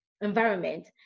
environment